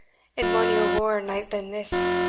in mony a waur night than this,